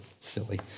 silly